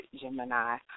Gemini